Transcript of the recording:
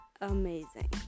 amazing